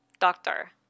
doctor